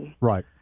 Right